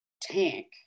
tank